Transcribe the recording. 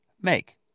make